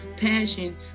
passion